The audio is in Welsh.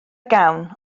gawn